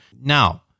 now